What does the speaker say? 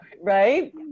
right